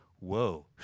Whoa